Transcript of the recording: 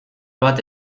bat